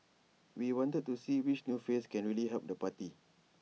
we wanted to see which new face can really help the party